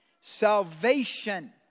salvation